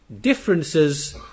differences